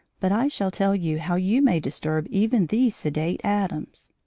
but i shall tell you how you may disturb even these sedate atoms.